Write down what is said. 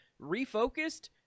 refocused